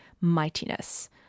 mightiness